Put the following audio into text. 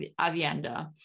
Avienda